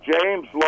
James